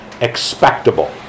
expectable